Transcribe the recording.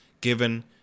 given